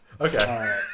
Okay